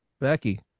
Becky